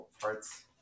parts